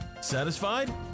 Satisfied